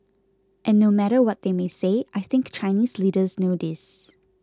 and no matter what they may say I think Chinese leaders know this